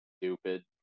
stupid